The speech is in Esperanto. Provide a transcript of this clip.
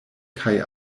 kaj